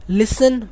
listen